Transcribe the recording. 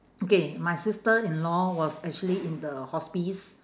okay my sister-in-law was actually in the hospice